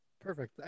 Perfect